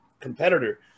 competitor